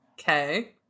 Okay